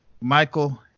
Michael